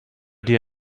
dir